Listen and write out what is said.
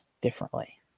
differently